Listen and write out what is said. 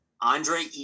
Andre